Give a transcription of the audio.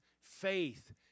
faith